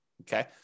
Okay